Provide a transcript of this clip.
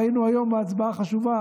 ראינו היום בהצבעה חשובה